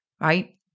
right